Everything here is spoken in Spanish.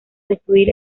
destruir